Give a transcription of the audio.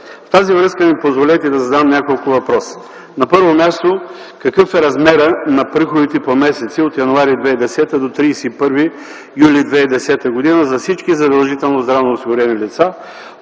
В тази връзка ми позволете да задам няколко въпроса: На първо място, какъв е размерът на приходите по месеци от януари 2010 г. до 31 юли 2010 г. за всички задължително здравоосигурени лица